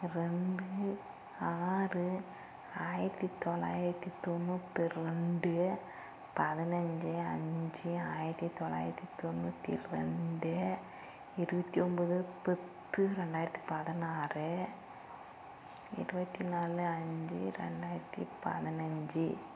ரெண்டு ஆறு ஆயிரத்தி தொள்ளாயிரத்தி தொண்ணுற்று ரெண்டு பதினஞ்சி அஞ்சு ஆயிரத்தி தொள்ளாயிரத்தி தொண்ணுற்றி ரெண்டு இருபத்தி ஒம்பது பத்து ரெண்டாயிரத்தி பதினாறு இருபத்தி நாலு அஞ்சு ரெண்டாயிரத்தி பதினஞ்சு